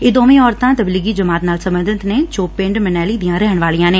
ਇਹ ਦੋਵੇ ਔਰਤਾ ਤਬਲੀਗੀ ਜਮਾਤ ਨਾਲ ਸਬੰਧਤ ਨੇ ਜੋ ਪਿੰਡ ਮਨੈਲੀ ਦੀਆਂ ਰਹਿਣ ਵਾਲੀਆਂ ਨੇ